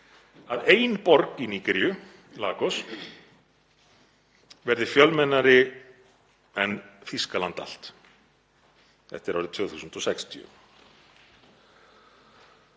að ein borg í Nígeríu, Lagos, verði fjölmennari en Þýskaland allt, þetta er árið 2060.